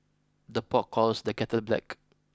the pot calls the kettle black